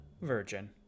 virgin